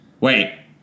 Wait